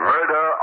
Murder